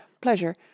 pleasure